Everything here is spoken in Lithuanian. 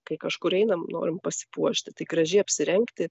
kai kažkur einam norim pasipuošti tai gražiai apsirengti